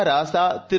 Raja Thiru